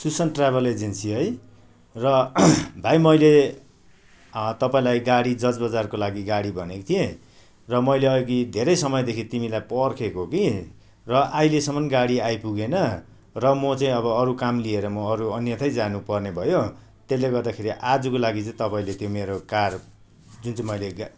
Sushant travel agency है र भाइ मैले तपाईँलाई गाडी जज बजारकोलागि गाडी भनेको थिएँ र मैले अघि धेरै समयदेखि तिमीलाई पर्खेको कि र अहिलेसम्म गाडी आइपुगेन र म चाहिँ अब अरू काम लिएर म अरू अन्यथै जानुपर्ने भयो त्यसले गर्दाखेरि आजको लागि चाहिँ तपाईँले त्यो मेरो कार जुन चाहिँ मैले गा